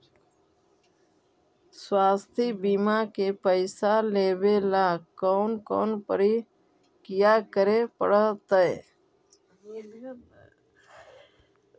स्वास्थी बिमा के पैसा लेबे ल कोन कोन परकिया करे पड़तै?